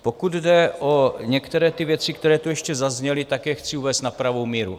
Pokud jde o některé věci, které tu ještě zazněly, tak je chci uvést na pravou míru.